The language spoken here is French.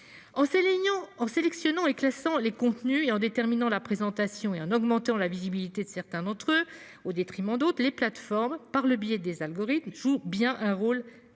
En sélectionnant et en classant les contenus, en en déterminant la présentation et en augmentant la visibilité de certains d'entre eux au détriment d'autres, les plateformes, par le biais des algorithmes, jouent bien un rôle actif.